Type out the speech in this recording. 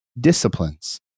disciplines